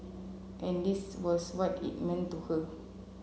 and this was what it meant to her